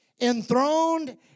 enthroned